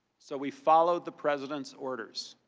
so we followed the president's orders.